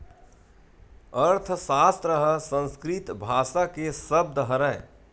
अर्थसास्त्र ह संस्कृत भासा के सब्द हरय